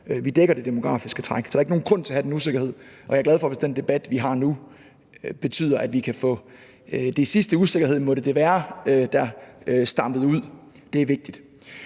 Vi dækker det demografiske træk. Der er ikke nogen grund til at have den usikkerhed, og jeg er glad for, hvis den debat, vi har nu, betyder, at vi kan få den sidste usikkerhed – måtte den være der – stampet ud. Det er vigtigt.